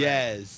Yes